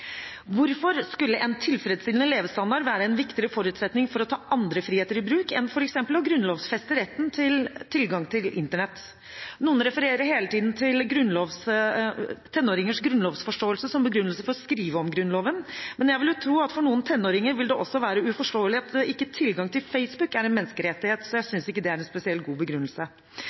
Hvorfor skulle en tilfredsstillende levestandard være en viktigere forutsetning for å ta andre friheter i bruk enn f.eks. å grunnlovfeste retten til tilgang til Internett? Noen refererer hele tiden til tenåringers grunnlovsforståelse som begrunnelse for å skrive om Grunnloven, men jeg ville tro at for noen tenåringer vil det også være uforståelig at ikke tilgang til Facebook er en menneskerettighet, så jeg synes ikke det er en spesielt god begrunnelse.